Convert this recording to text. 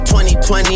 2020